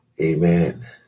Amen